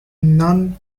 none